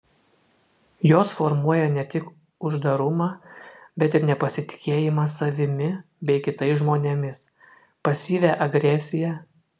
jos formuoja ne tik uždarumą bet ir nepasitikėjimą savimi bei kitais žmonėmis pasyvią agresiją